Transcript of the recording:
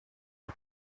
die